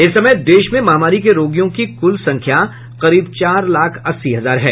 इस समय देश में महामारी के रोगियों की कुल संख्या करीब चार लाख अस्सी हजार है